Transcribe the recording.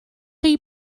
chi